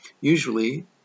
Usually